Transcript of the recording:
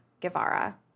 Guevara